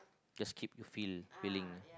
just keep you fill filling